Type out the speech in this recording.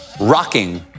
rocking